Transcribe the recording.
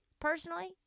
personally